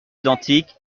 identiques